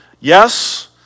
Yes